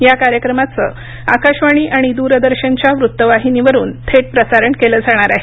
या कार्यक्रमाचं आकाशवाणी आणि द्रदर्शनच्या वृत्त वाहिनीवरून थेट प्रसारण केलं जाणार आहे